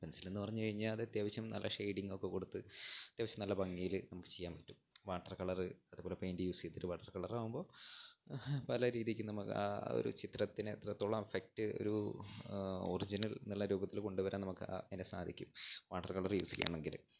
പെൻസിലെന്ന് പറഞ്ഞുകഴിഞ്ഞാല് അത് അത്യാവശ്യം നല്ല ഷേഡിങ്ങൊക്കെ കൊടുത്ത് അത്യാവശ്യം നല്ല ഭംഗിയില് നമുക്ക് ചെയ്യാന് പറ്റും വാട്ടർ കളര് അതേപോലെ പെയിൻറ് യൂസ് ചെയ്തിട്ട് വാട്ടർ കളറാകുമ്പോള് പല രീതിക്ക് നമുക്ക് ആ ഒരു ചിത്രത്തിന് എത്രത്തോളം എഫക്ട് ഒരു ഒറിജിനൽ എന്നുള്ള രൂപത്തില് കൊണ്ടുവരാൻ നമുക്ക് അതിനെ സാധിക്കും വാട്ടർ കളർ യൂസ് ചെയ്യുകയാണെങ്കില്